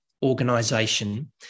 organization